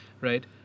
Right